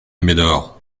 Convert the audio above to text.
médor